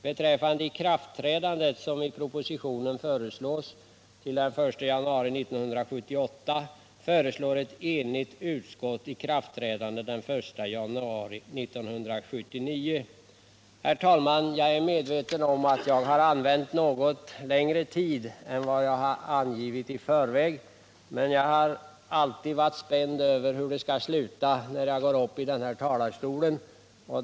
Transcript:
Beträffande ikraftträdandet föreslås i propositionen den 1 januari 1978, men ett enigt utskott föreslår i stället den 1 januari 1979. Herr talman! Jag är medveten om att jag har använt något längre tid än vad jag har angivit i förväg — innan jag går upp i talarstolen är det litet svårt att veta när jag skall sluta tala.